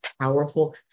powerful